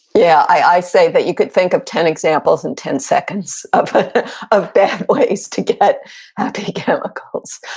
yeah. i'd say that you could think of ten examples in ten seconds of of bad ways to get happy chemicals.